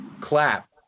clap